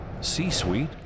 C-Suite